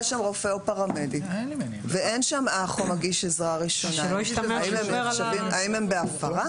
שם רופא או פרמדיק ואין שם אח או מגיש עזרה ראשונה האם הם בהפרה?